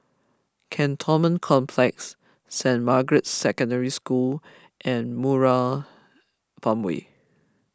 Cantonment Complex Saint Margaret's Secondary School and Murai Farmway